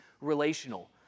relational